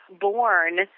born